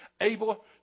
able